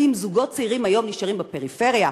כי אם זוגות צעירים היום נשארים בפריפריה,